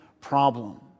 problem